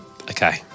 Okay